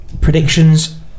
Predictions